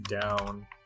down